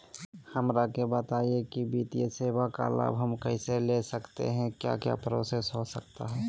हमरा के बताइए की वित्तीय सेवा का लाभ हम कैसे ले सकते हैं क्या क्या प्रोसेस हो सकता है?